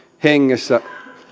hengessä